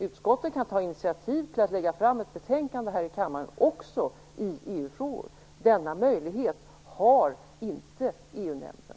Utskotten kan ta initiativ till att lägga fram ett betänkande här i kammaren också i EU-frågor. Denna möjlighet har inte EU-nämnden.